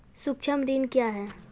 सुक्ष्म ऋण क्या हैं?